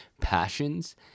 passions